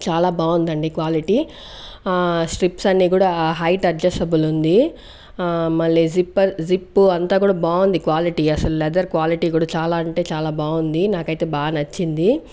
చాలా బాగుందండి quality strips అన్ని కూడా హైట్ అడ్జస్టబుల్ ఉంది మళ్ళీ జిప్ జిప్ అంతా కూడా బాగుంది క్వాలిటీ అసలు లెదర్ క్వాలిటీ కూడా చాలా అంటే చాలా బాగుంది నాకైతే బాగా నచ్చింది